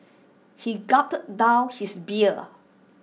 he gulped down his beer